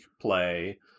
play